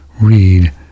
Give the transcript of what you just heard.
read